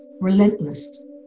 relentless